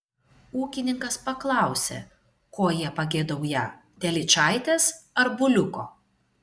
ūkininkas paklausė ko jie pageidaują telyčaitės ar buliuko